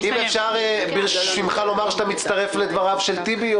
האם אפשר לומר בשמך שאתה מצטרף לדבריו של טיבי?